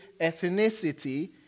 ethnicity